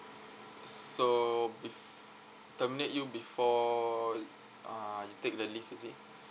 so terminate you before uh you take the leave is it